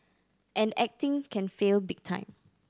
and acting can fail big time